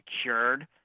secured